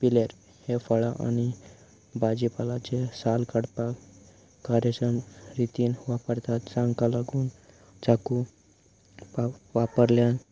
पिलेर हे फळां आनी भाजी पालाचे साल काडपाक कार्यासन रितीन वापरतात जांकां लागून चाकू वापरल्यान